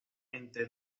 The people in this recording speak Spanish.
entre